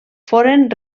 foren